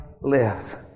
live